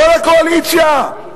כל הקואליציה?